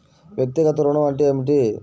వ్యక్తిగత ఋణం అంటే ఏమిటి?